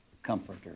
Comforter